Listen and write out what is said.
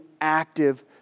active